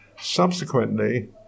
subsequently